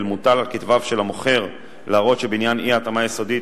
מוטל על כתפיו של המוכר להראות שבעניין אי-התאמה יסודית,